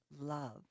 love